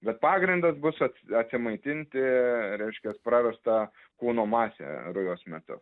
bet pagrindas bus ats atsimaitinti reiškias prarastą kūno masę rujos metu